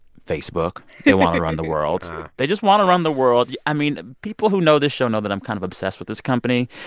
facebook they want to run the world oh they just want to run the world. i mean, people who know this show know that i'm kind of obsessed with this company.